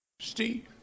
Steve